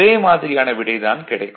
ஒரே மாதிரியான விடை தான் கிடைக்கும்